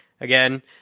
again